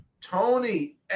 tony